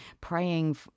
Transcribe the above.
praying